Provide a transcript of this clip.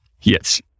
Yes